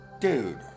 dude